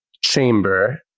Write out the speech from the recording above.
chamber